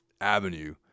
avenue